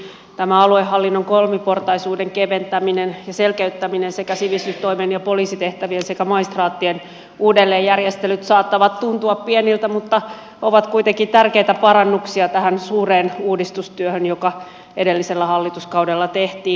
tämä aluehallinnon kolmiportaisuuden keventäminen ja selkeyttäminen sekä sivistystoimen ja poliisitehtävien sekä maistraattien uudelleenjärjestelyt saattavat tuntua pieniltä mutta ovat kuitenkin tärkeitä parannuksia tähän suureen uudistustyöhön joka edellisellä hallituskaudella tehtiin